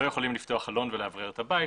לא יכולים לפתוח חלון ולאוורר את הבית,